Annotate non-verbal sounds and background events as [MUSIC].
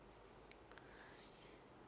[BREATH]